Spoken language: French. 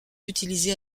utilisés